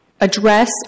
address